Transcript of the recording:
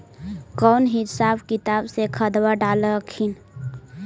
कौन हिसाब किताब से खदबा डाल हखिन?